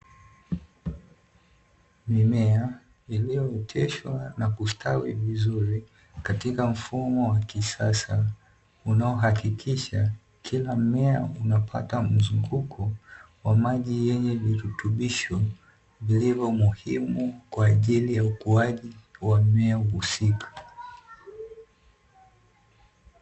Mimea iliyooteshwa na kustawi vizuri katika mfumo wa kisasa, unaohakikisha kila mmea unapata mzunguko wa maji yenye virutubisho vilivyo muhimu kwa ajili ya ukuaji wa mmea husika.